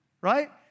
Right